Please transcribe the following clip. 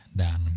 dan